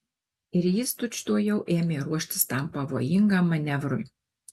ir jis tučtuojau ėmė ruoštis tam pavojingam manevrui